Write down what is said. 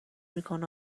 میکند